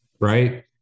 right